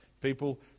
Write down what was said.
people